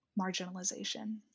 marginalization